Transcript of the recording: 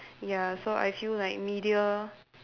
ya so I feel like media